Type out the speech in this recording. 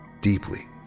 deeply